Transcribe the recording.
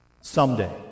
Someday